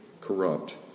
corrupt